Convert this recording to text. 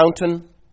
mountain